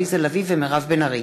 עליזה לביא ומירב בן ארי,